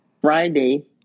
Friday